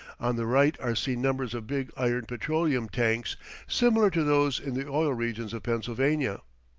on the right are seen numbers of big iron petroleum-tanks similar to those in the oil regions of pennsylvania.